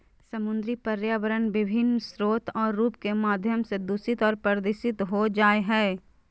समुद्री पर्यावरण विभिन्न स्रोत और रूप के माध्यम से दूषित और प्रदूषित हो जाय हइ